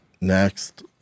next